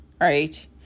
right